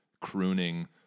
crooning